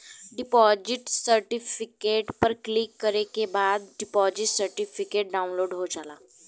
deposit certificate पर click करे के बाद डिपॉजिट सर्टिफिकेट डाउनलोड हो जाला